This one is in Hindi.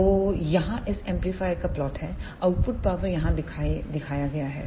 तो यहाँ इस एम्पलीफायर का प्लॉट है आउटपुट पावर यहाँ दिखाया गया है